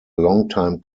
longtime